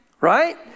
Right